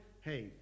hey